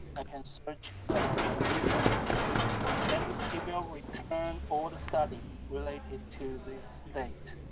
i can search virginia and it will return all the study related to this state.